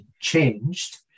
changed